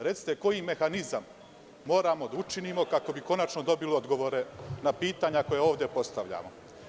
Recite koji mehanizam moramo da učinimo kako bi konačno dobili odgovore na pitanja koja ovde postavljamo?